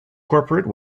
corporate